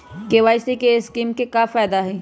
KCC scheme का फायदा क्या है?